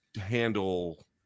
handle